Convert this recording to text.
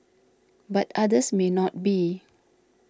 but others may not be